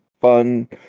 fun